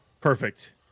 Perfect